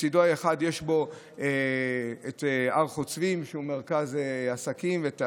בצידו האחד יש את הר חוצבים, שהוא מרכז עסקים ויש